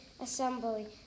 assembly